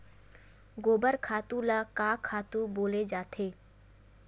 गोबर खातु ल का खातु बोले जाथे?